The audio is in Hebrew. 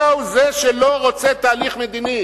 אתה הוא זה שלא רוצה תהליך מדיני,